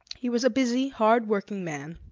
he was a busy, hard-worked man,